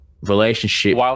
Relationship